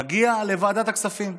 מגיע לוועדת הכספים.